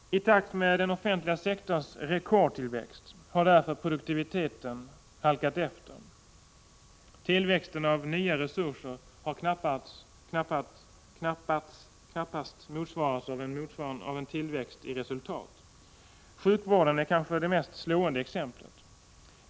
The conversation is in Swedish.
I takt med den offentliga sektorns rekordtillväxt har därför produktiviteten halkat efter. Tillväxten av nya resurser har knappast motsvarats av en tillväxt i resultat. Sjukvården är kanske det mest slående exemplet.